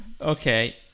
Okay